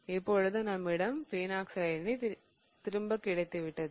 இப்பொழுது நம்மிடம் பினாக்ஸைடு அயனி திரும்பக் கிடைத்துள்ளது